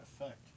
effect